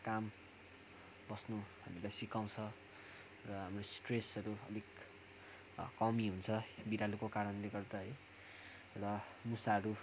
काम बस्नु हामीलाई सिकाउँछ र हाम्रो स्ट्रेसहरू अलिक कमी हुन्छ बिरालोको कारणले गर्दा है र मुसाहरू